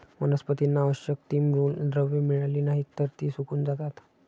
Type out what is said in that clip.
वनस्पतींना आवश्यक ती मूलद्रव्ये मिळाली नाहीत, तर ती सुकून जातात